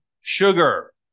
sugar